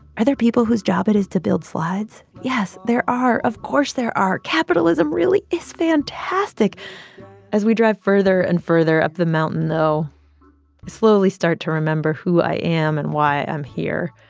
are there people whose job it is to build slides? yes, there are. of course, there are. capitalism really is fantastic as we drive further and further up the mountain, though, i slowly start to remember who i am and why i'm here.